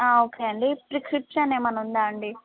okay అండి prescription ఏమైనా ఉందా అండి